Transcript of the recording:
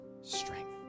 strength